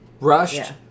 rushed